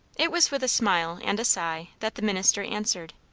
it was with a smile and a sigh that the minister answered.